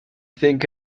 think